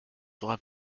live